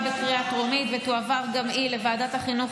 בקריאה טרומית ותועבר גם היא לוועדת החינוך,